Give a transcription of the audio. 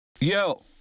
Yo